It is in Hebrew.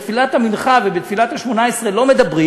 בתפילת המנחה ובתפילת שמונה-עשרה לא מדברים,